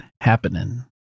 happening